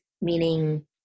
meaning